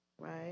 right